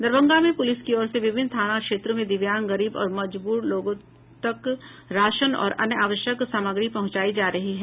दरभंगा में पुलिस की ओर से विभिन्न थाना क्षेत्रों में दिव्यांग गरीब और मजबूर लोगों तक राशन और अन्य आवश्यक सामग्री पहुंचायी जा रही है